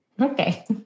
okay